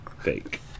fake